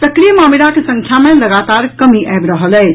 सक्रिय मामिलाक संख्या मे लगातार कमी आबि रहल अछि